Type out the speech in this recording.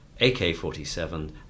AK-47